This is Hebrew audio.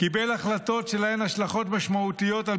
קיבל החלטות שלהן השלכות משמעותיות על